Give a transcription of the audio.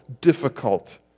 difficult